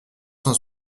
cent